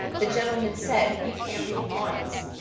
the gentleman said, you can't read minds.